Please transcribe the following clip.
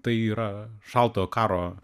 tai yra šaltojo karo